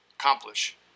accomplish